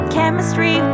Chemistry